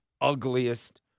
ugliest